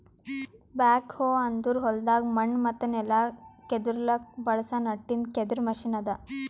back ಹೋ ಅಂದುರ್ ಹೊಲ್ದಾಗ್ ಮಣ್ಣ ಮತ್ತ ನೆಲ ಕೆದುರ್ಲುಕ್ ಬಳಸ ನಟ್ಟಿಂದ್ ಕೆದರ್ ಮೆಷಿನ್ ಅದಾ